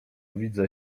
widzę